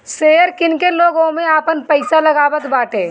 share किन के लोग ओमे आपन पईसा लगावताटे